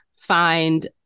find